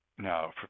Now